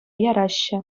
яраҫҫӗ